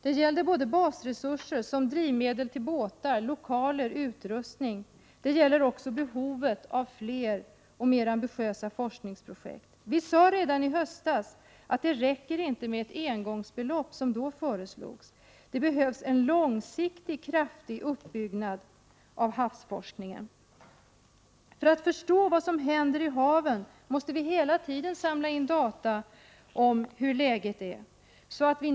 Det gällde dels basresurser som drivmedel till båtar, lokaler och utrustning, dels behovet av flera och mer ambitiösa forskningsprojekt. Vi sade redan i höstas att det inte räcker med det engångsbelopp som då föreslogs. Det behövs en långsiktig, kraftig uppbyggnad av havsforskningen. För att förstå vad som händer i haven måste vi hela tiden samla in data om hur läget är.